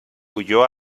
huyó